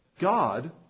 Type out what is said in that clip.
God